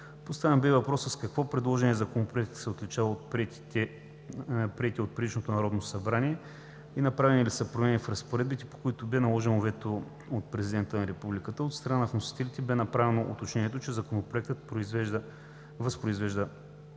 Поставен бе и въпросът с какво предложеният Законопроект се отличава от приетия от предишното Народно събрание и направени ли са промени в разпоредбите, по които бе наложено вето от Президента на Републиката. От страна на вносителите бе направено уточнението, че Законопроекта възпроизвежда